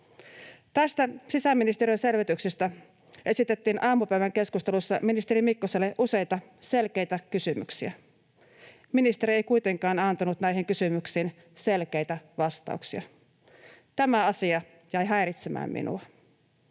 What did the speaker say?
Tästä sisäministeriön selvityksestä esitettiin aamupäivän keskustelussa ministeri Mikkoselle useita selkeitä kysymyksiä. Ministeri ei kuitenkaan antanut näihin kysymyksiin selkeitä vastauksia. Tämä asia jäi häiritsemään minua.